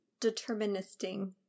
deterministing